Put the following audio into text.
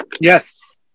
Yes